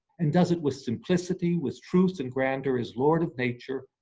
and does it with simplicity, with truth, and grandeur, is lord of nature,